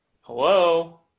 hello